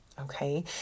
Okay